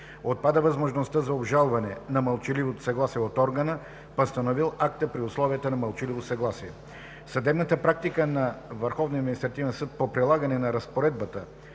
Отпада възможността за обжалване на мълчаливото съгласие от органа, постановил акта при условията на мълчаливо съгласие. Съдебната практика на ВАС по прилагане на разпоредбата